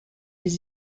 ils